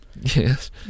Yes